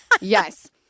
Yes